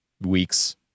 weeks